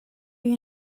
you